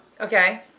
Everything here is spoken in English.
Okay